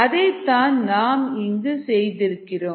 அதைத்தான் நாம் இங்கு செய்திருக்கிறோம்